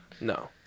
No